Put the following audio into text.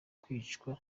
kwicwa